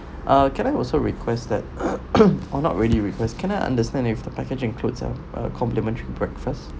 uh can I also request that or not really request can I understand if the packaging includes a a complimentary breakfast